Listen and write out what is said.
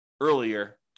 earlier